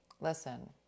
listen